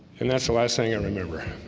and that's the last thing i remember